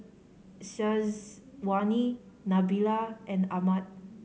Syazwani Nabila and Ahmad